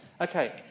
Okay